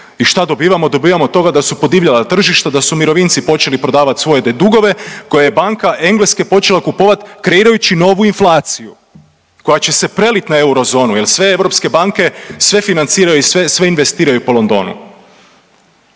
i šta dobivamo, dobivamo od toga da su podivljala tržišta, da su mirovinci počeli prodavat svoje te dugove koje je banka Engleske počela kupovat kreirajući novu inflaciju koja će se prelit na eurozonu jel sve europske banke sve financiraju i sve, sve investiraju po Londonu.